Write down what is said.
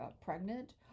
pregnant